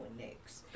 next